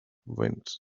wind